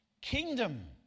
kingdom